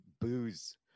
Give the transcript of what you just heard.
booze